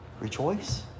rejoice